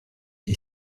est